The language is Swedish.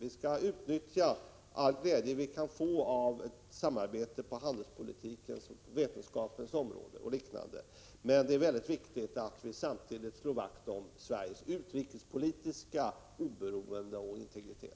Vi skall ta vara på all glädje vi kan få av ett samarbete på handelspolitikens och vetenskapens område, men det är viktigt att vi samtidigt slår vakt om Sveriges utrikespolitiska oberoende och integritet.